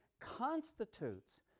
constitutes